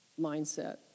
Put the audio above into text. mindset